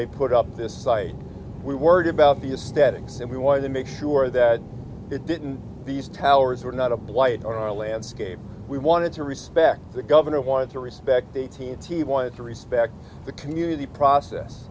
they put up this site we worried about these statics and we wanted to make sure that it didn't these towers were not a blight on our landscape we wanted to respect the governor wanted to respect eighteenth's he wanted to respect the community process